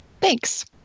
Thanks